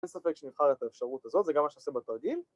אין ספק שנבחר את האפשרות הזאת, זה גם מה שעשית בתרגיל